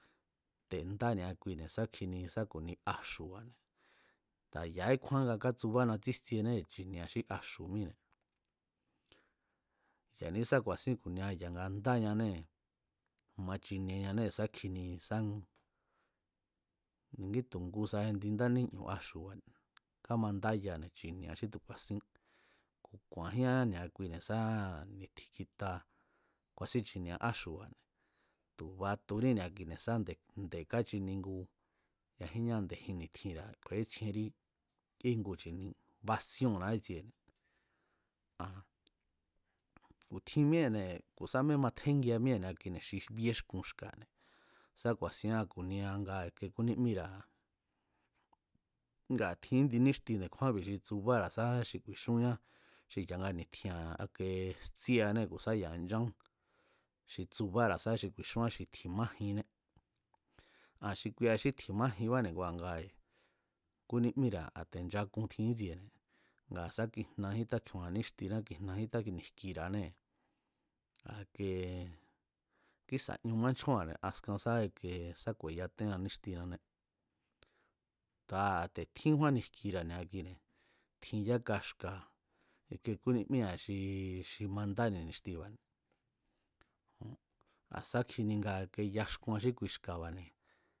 Te̱ ndá ni̱a kuine̱ sákjini sá ku̱nia axu̱ba̱ne̱ tu̱a ya̱íkjúán nga kátsubána tsíjtsienée̱ chi̱ni̱e̱a xí axu̱ míne̱ ya̱ní sá ku̱a̱sín ku̱nia ya̱nga ndáñánée̱ ma chinieñanée̱ sá kjini sá ni̱ítu̱ ngusa ndi ndáníñu̱ axu̱ba̱ne̱ kámandáyane̱ chi̱ni̱e̱a xí tu̱ ku̱a̱sín ku̱ ku̱a̱jíán ni̱a kuine̱ sá ni̱tjin kjita ku̱a̱sín chi̱ni̱e̱a áxu̱ba̱ne̱ tu̱ batuní ni̱a kuine̱ sá nde̱ káchini ngu yajínñá nde̱jin ni̱tjinra̱ kju̱e̱étsjierí íngu chi̱ni basíónna ítsiene̱ aa̱n ku̱ tjin míée̱ne̱ ku̱ sáme matjengia míée̱ ni̱a kuine̱ xi bíexkun xka̱ne̱ sá ku̱a̱síán ku̱nia nga i̱ke kúní míra̱ ngaa̱ tjin índi níxti nde̱kjúánbi̱ xi tsubára̱ sá xi ku̱i̱xúnñá xi ya̱nga ni̱tjira̱ ake jtsíanée̱ ku̱ sá ya̱a nchán xi tsubára̱ sá xi ku̱i̱xúán xi tji̱ná jinné. Aa̱n xi kuia xí tji̱má jinbane̱ ngua gaa̱ a̱ te̱ nchakun tjin ítsiene̱ ngaa̱ sá kijnajín tákjioo̱an níxtiná kijnajín táni̱jkira̱anéé a̱ i̱ke kísa̱ ñu mánchjónra̱ne̱ askan sá ke sá ku̱e̱yatéan níxtinané, tu̱a a̱ te̱ tjínkjúánni jkira̱ ni̱a kine̱ tjin yáka jka̱ ike kúni míra̱ xi xi mandáni ni̱xtiba̱ne̱ jo a̱ sá kjini nga yaxkuan xí kui xka̱bane̱